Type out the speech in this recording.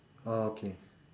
oh okay